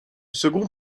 second